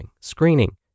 screening